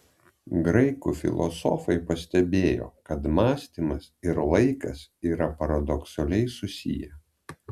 graikų filosofai pastebėjo kad mąstymas ir laikas yra paradoksaliai susiję